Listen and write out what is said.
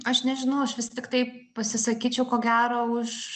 aš nežinau aš vis tiktai pasisakyčiau ko gero už